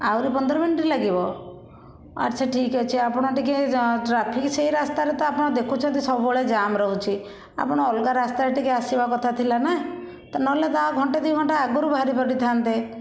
ଆହୁରି ପନ୍ଦର ମିନିଟ୍ ଲାଗିବ ଆଚ୍ଛା ଠିକ୍ ଅଛି ଆପଣ ଟିକେ ଟ୍ରାଫିକ ସେହି ରାସ୍ତାରେ ତ ଆପଣ ଦେଖୁଛନ୍ତି ସବୁବେଳେ ଜାମ୍ ରହୁଛି ଆପଣ ଅଲଗା ରାସ୍ତାରେ ଟିକେ ଆସିବାକଥା ଥିଲା ନା ନ ହେଲେ ତା ଘଣ୍ଟେ ଦୁଇ ଘଣ୍ଟା ଆଗରୁ ବାହାରି ପଡ଼ିଥାନ୍ତେ